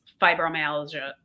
fibromyalgia